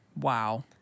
wow